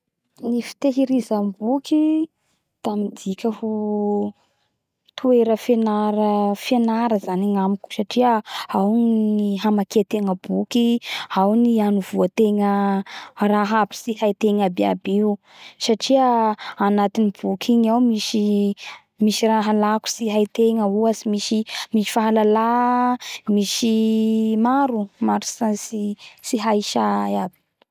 Ny fitehirazamboky da midika ho toera fenara fenara zany agnamiko satria ao ny hamakia tegna boky ao ny anovoategna raha aby tsy haitegna aby aby io satria anaty boky igny ao misy misy raha lako sty haitegna ohatsy misy, misy fahalala misy raha maro tsy fa tsy hay aby.